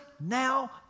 now